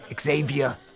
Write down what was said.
Xavier